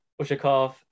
Ushakov